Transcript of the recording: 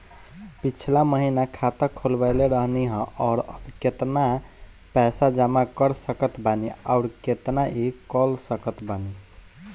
पिछला महीना खाता खोलवैले रहनी ह और अब केतना पैसा जमा कर सकत बानी आउर केतना इ कॉलसकत बानी?